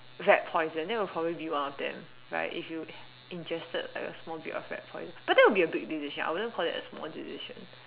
rat poison that would probably be one of them right if you ingested like a small bit of rat poison but that would be a big decision I won't call that a small decision